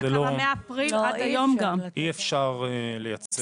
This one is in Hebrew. אבל לא ביקשנו תשובות באפריל 2022. תשובות ביקשנו מלפני חודשיים.